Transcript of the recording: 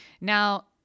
Now